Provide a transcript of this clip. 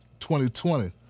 2020